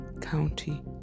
County